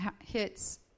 hits